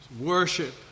worship